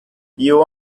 you